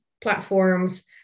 platforms